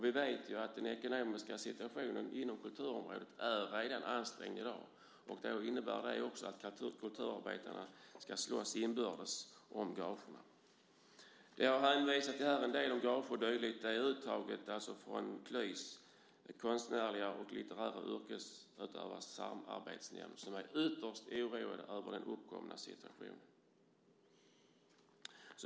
Vi vet ju att den ekonomiska situationen inom kulturområdet redan är ansträngd i dag, och då innebär det också att kulturarbetarna ska slåss inbördes om gagerna. Det jag hänvisar till här, om gager och dylikt, har jag tagit från Klys, Konstnärliga och litterära yrkesutövares samarbetsnämnd, där man är ytterst oroad över den uppkomna situationen.